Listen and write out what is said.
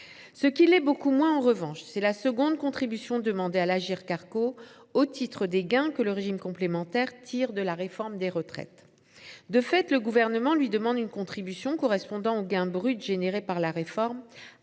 Ce qui l’est beaucoup moins, en revanche, c’est la seconde contribution demandée à l’Agirc Arrco au titre des gains que le régime complémentaire tire de la réforme des retraites. De fait, le Gouvernement lui demande une contribution correspondant aux gains bruts engendrés par la réforme,